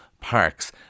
parks